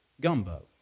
gumbo